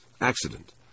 Accident